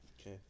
Okay